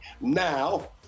Now